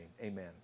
Amen